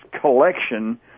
collection